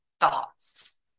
thoughts